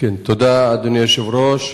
כן, תודה, אדוני היושב-ראש.